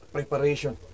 Preparation